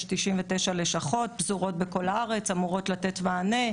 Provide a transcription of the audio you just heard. יש 99 לשכות פזורות בכל הארץ שאמורות לתת מענה,